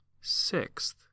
sixth